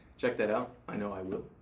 check that out, i know i will.